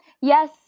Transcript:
Yes